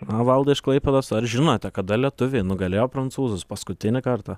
na valdai iš klaipėdos ar žinote kada lietuviai nugalėjo prancūzus paskutinį kartą